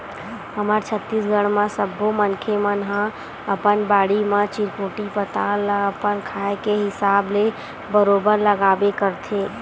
हमर छत्तीसगढ़ म सब्बो मनखे मन ह अपन बाड़ी म चिरपोटी पताल ल अपन खाए के हिसाब ले बरोबर लगाबे करथे